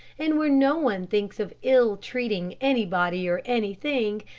and where no one thinks of ill-treating anybody or anything,